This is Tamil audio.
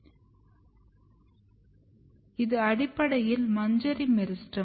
இது அடிப்படையில் மஞ்சரி மெரிஸ்டெம்